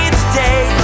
today